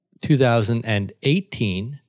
2018